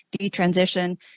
detransition